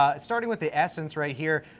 um starting with the essence right here.